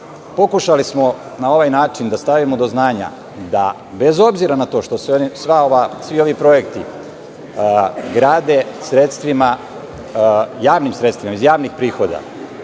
drugo. Pokušali smo na ovaj način da stavimo do znanja da bez obzira na to što se svi ovi projekti grade sredstvima iz javnih prihoda,